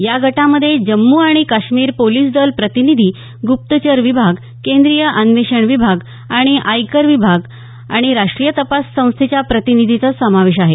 या गटामध्ये जम्मू आणि काश्मीर पोलिस दल प्रतिनिधी ग्प्पचर विभाग केंद्रीय अन्वेषण विभाग आणि आयकर विभाग आणि राष्ट्रीय तपास संस्थेच्या प्रतिनिधीचा समावेश आहे